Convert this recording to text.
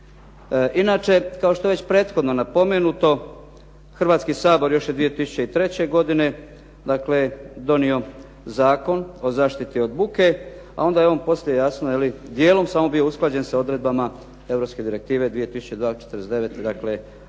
Inače, kao što je već prethodno napomenuto Hrvatski sabor još je 2003. godine donio Zakon o zaštiti od buke a onda je on poslije jasno djelom samo bio usklađen sa odredbama Europske direktive 2002./49